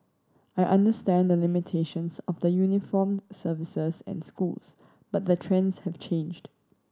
I understand the limitations of the uniformed services and schools but the trends have changed